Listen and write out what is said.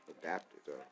adapted